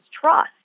trust